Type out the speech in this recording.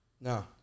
No